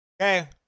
Okay